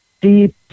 deep